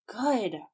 good